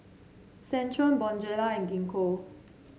Centrum Bonjela and Gingko